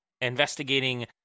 investigating